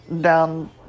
down